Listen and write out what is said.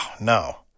no